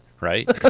right